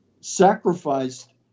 sacrificed